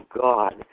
God